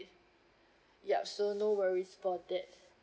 ya so no worries for that